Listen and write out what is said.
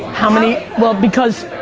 how many, well because,